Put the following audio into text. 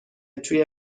توی